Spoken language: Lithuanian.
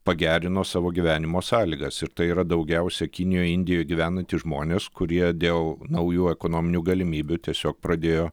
pagerino savo gyvenimo sąlygas ir tai yra daugiausia kinijoj indijoj gyvenantys žmonės kurie dėl naujų ekonominių galimybių tiesiog pradėjo